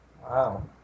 Wow